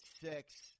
six